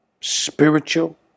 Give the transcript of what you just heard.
spiritual